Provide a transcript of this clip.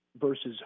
versus